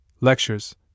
lectures